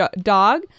dog